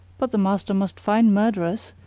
but the master must find murderers,